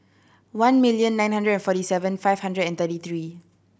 one million nine hundred forty seven five hundred and thirty three